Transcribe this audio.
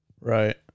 Right